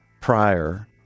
prior